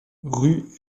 rue